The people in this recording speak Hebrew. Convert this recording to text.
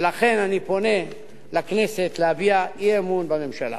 ולכן אני פונה לכנסת להביע אי-אמון בממשלה.